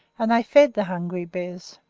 and they fed the hungry bez.